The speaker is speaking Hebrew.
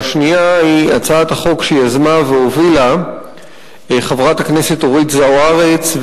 והשנייה היא הצעת חוק שיזמה והובילה חברת הכנסת אורית זוארץ,